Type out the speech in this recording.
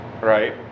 right